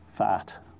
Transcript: fat